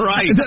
Right